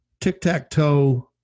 tic-tac-toe